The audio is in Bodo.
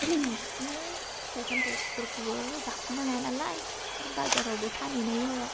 बिदिनो फिथाय सामथायफोरखौबो जाख'नो हाया नालाय बाजारावबो फानहैनाय जाया